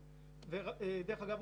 אודי,